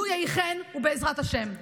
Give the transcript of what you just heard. לו יהי כן, ובעזרת השם.